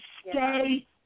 stay